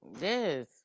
Yes